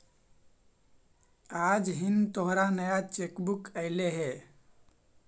आज हिन् तोहार नया चेक बुक अयीलो हे